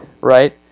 Right